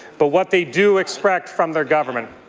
but what they do expect from their government